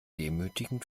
demütigend